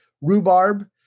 rhubarb